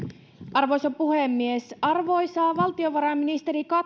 arvoisa puhemies arvoisa valtiovarainministeri